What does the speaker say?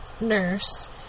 nurse